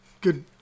good